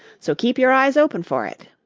so keep your eyes open for it.